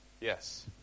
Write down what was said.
Yes